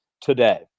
today